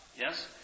Yes